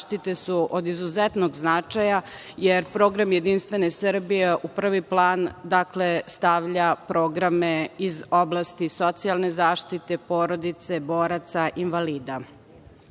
zaštite su od izuzetnog značaja, jer program Jedinstvene Srbije u prvi plan stavlja programe iz oblasti socijalne zaštite porodice boraca